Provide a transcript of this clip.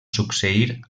succeir